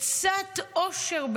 לקצת אושר.